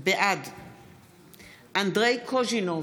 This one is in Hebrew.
בעד אנדרי קוז'ינוב,